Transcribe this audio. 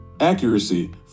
Accuracy